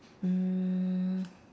mm